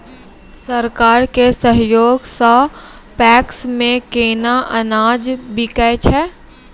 सरकार के सहयोग सऽ पैक्स मे केना अनाज बिकै छै?